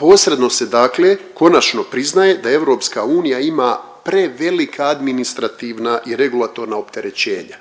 Posredno se dakle konačno priznaje da EU ima prevelika administrativna i regulatorna opterećenja,